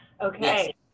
Okay